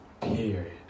period